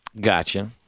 Gotcha